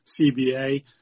CBA